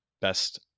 best